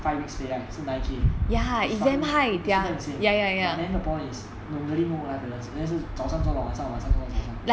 five weeks pay right 是 nine K it's fun it's quite insane but then the problem is really no work life balance 因为是早上做到晚上晚上做到早上